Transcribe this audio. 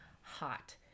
hot